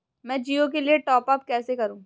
मैं जिओ के लिए टॉप अप कैसे करूँ?